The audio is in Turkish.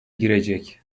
girecek